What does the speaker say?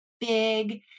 big